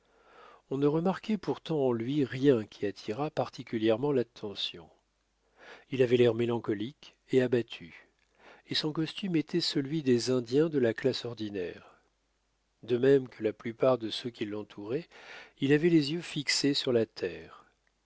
on ne remarquait pourtant en lui rien qui attirât particulièrement l'attention il avait l'air mélancolique et abattu et son costume était celui des indiens de la classe ordinaire de même que la plupart de ceux qui l'entouraient il avait les yeux fixés sur la terre